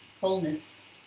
wholeness